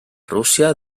rússia